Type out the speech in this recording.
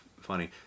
funny